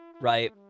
Right